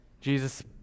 Jesus